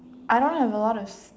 I don't have a lot of